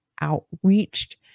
outreached